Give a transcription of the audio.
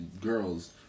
girls